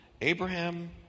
Abraham